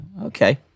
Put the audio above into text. Okay